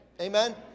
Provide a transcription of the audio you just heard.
Amen